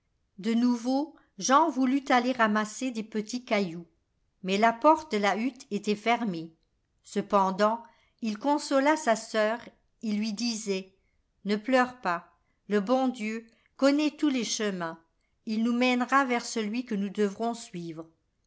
do nouveau jean voulut aller ramasser des petits cailloux mais la porte de la hutte était fermée cependant il consola sa sœur il lui disait ne pleure pas le bon dieu connaît tous les chemins il nous mènera vers celui que nous devrons suivre